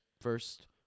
first